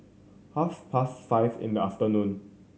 half past five in the afternoon